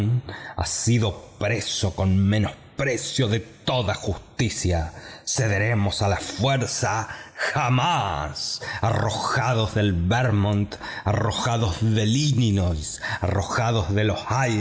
ha sido preso con menosprecio de toda justicia cederemos a la fuerza jamás arrojados de vermont arrojados de illinois arrojados de